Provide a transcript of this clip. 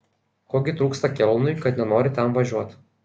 ko gi trūksta kelnui kad nenori ten važiuot